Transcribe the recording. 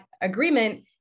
agreement